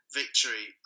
victory